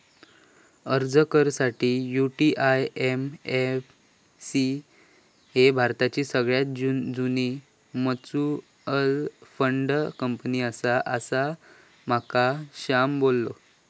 अर्ज कर साठी, यु.टी.आय.ए.एम.सी ही भारताची सगळ्यात जुनी मच्युअल फंड कंपनी आसा, असा माका श्याम बोललो